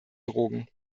drogen